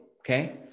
okay